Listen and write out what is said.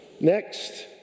Next